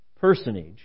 personage